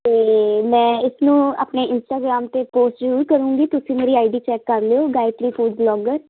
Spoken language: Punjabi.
ਅਤੇ ਮੈਂ ਇਸਨੂੰ ਆਪਣੀ ਇੰਸਟਾਗਰਾਮ 'ਤੇ ਪੋਸਟ ਜ਼ਰੂਰ ਕਰੂੰਗੀ ਤੁਸੀਂ ਮੇਰੀ ਆਈ ਡੀ ਚੈੱਕ ਕਰ ਲਿਓ ਗਾਇਤਰੀ ਫੂਡ ਬਲੋਗਰ